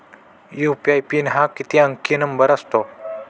UPI PIN हा किती अंकी नंबर असतो?